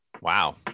Wow